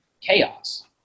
chaos